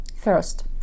First